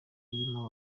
irimo